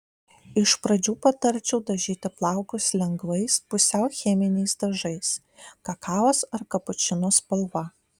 iš pradžių patarčiau dažyti plaukus lengvais pusiau cheminiais dažais kakavos ar kapučino spalva